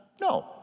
No